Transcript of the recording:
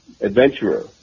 Adventurer